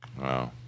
Wow